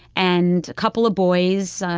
and a couple of boys,